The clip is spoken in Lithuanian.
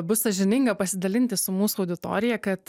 bus sąžininga pasidalinti su mūsų auditorija kad